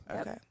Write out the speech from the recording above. Okay